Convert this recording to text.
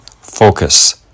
focus